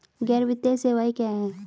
गैर वित्तीय सेवाएं क्या हैं?